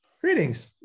Greetings